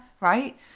right